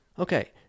Okay